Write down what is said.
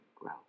grow